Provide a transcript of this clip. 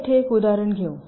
आपण येथे एक उदाहरण घेऊ